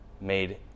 made